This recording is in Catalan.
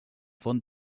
font